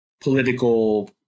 political